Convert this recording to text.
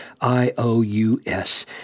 I-O-U-S